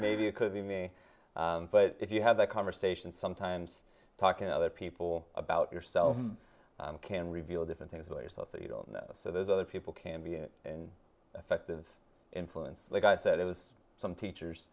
maybe it could be me but if you have that conversation sometimes talking to other people about yourself can reveal different things about yourself that you don't know so those other people can be an effective influence like i said it was some teachers